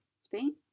Spain